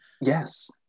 Yes